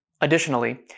Additionally